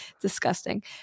Disgusting